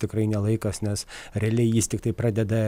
tikrai ne laikas nes realiai jis tiktai pradeda